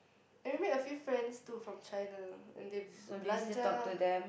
I met a few friends too from China and they belanja